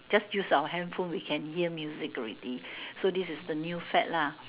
just use our handphone we can hear music already so this is the new fad lah